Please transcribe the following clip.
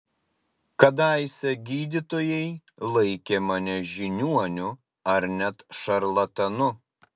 kadaise gydytojai laikė mane žiniuoniu ar net šarlatanu